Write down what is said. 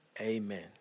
Amen